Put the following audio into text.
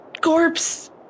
corpse